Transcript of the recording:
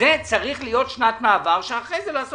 אני לא ועדת